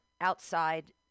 outside